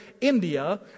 India